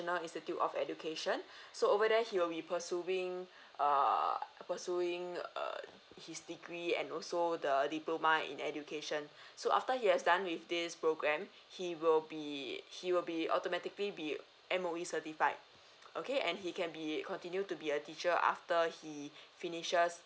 nal instiute of education so over there he will be pursuing err pursuing err his degree and also the a diploma in education so after he has done with this program he will be he will be authentically be M_O_E certified okay and he can be I continued to be a teacher after he finishes